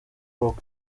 hop